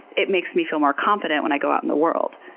it makes me feel more confident when i go out in the world.